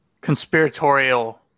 conspiratorial